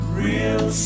real